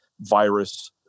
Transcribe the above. virus